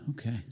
Okay